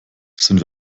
sind